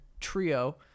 Trio